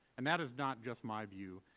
and that is not just my view.